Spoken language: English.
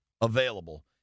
available